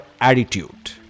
attitude